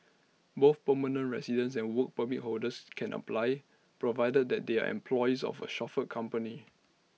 both permanent residents and Work Permit holders can apply provided that they are employees of A chauffeur company